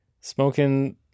Smoking